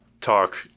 talk